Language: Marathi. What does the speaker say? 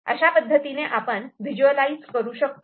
अशा पद्धतीने आपण व्हिज्युअलायझ करू शकतो